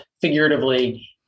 figuratively